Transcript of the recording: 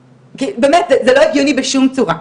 באמת, זה לא הגיוני בשום צורה.